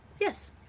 yes